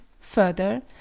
further